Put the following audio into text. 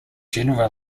general